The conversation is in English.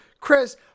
Chris